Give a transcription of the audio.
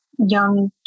young